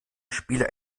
spieler